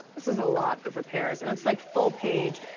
this is a lot of repairs. and it's, like, full page.